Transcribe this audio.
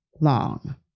long